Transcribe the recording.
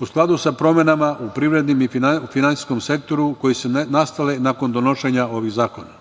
u skladu sa promenama u privrednom i finansijskom sektoru koje su nastale nakon donošenja ovih zakona.